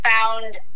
found